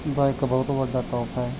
ਦਾ ਇੱਕ ਬਹੁਤ ਵੱਡਾ ਤੋਹਫਾ ਹੈ